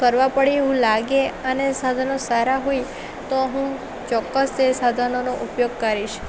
કરવા પડે એવું લાગે અને સાધનો સારાં હોય તો તો હું ચોક્કસ એ સાધનોનો ઉપયોગ કરીશ